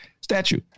statue